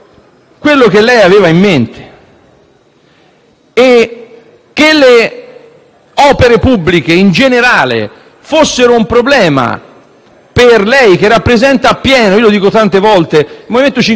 che le opere pubbliche in generale fossero un problema per lei, che rappresenta appieno il MoVimento 5 Stelle. Io dico tante volte che il MoVimento 5 Stelle è coerente da questo punto di vista,